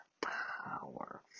power